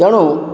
ତେଣୁ